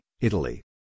Italy